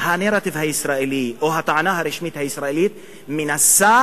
הנרטיב הישראלי, או הטענה הרשמית הישראלית מנסה